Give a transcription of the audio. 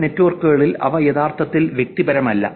ചില നെറ്റ്വർക്കുകളിൽ അവ യഥാർത്ഥത്തിൽ വ്യക്തിപരമല്ല